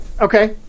Okay